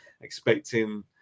expecting